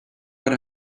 what